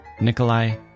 Nikolai